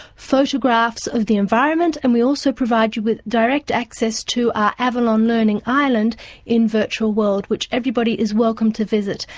photographs of the environment and we also also provide you with direct access to our avalon learning island in virtual world, which everybody is welcome to visit,